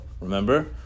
remember